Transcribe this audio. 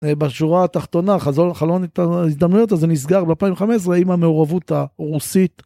בשורה התחתונה, חלון ההזדמנויות הזה נסגר ב-2015 עם המעורבות הרוסית.